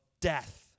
death